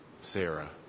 Sarah